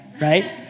right